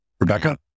Rebecca